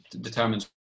determines